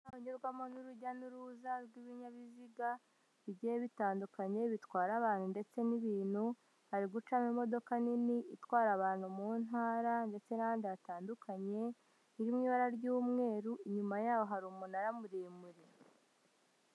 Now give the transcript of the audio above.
Urujya n'uruza rw'ibinyabiziga bigiye bitandukanye bitwara abantu ndetse n'ibintu, hari gucamo imodoka nini itwara abantu mu Ntara ndetse n'ahandi hatandukanye. Iri mu ibara ry'umweru, inyuma y'aho hari umunara muremure.